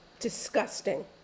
Disgusting